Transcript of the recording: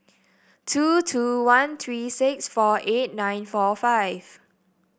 two two one three six four eight nine four five